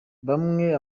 bamwe